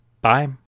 Bye